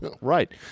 Right